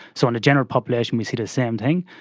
so in a general population we see the same thing.